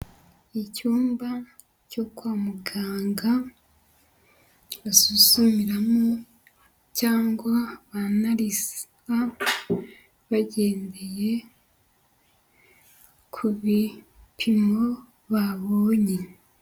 Icyumba cyo kwa muganga basuzumiramo cyangwa banariziza, bagendeye ku bipimo babonye.